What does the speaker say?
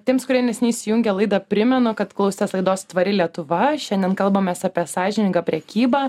tiems kurie neseniai įsijungė laidą primenu kad klausėtės laidos tvari lietuva šiandien kalbamės apie sąžiningą prekybą